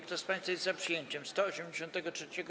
Kto z państwa jest za przyjęciem 183.